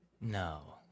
no